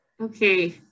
Okay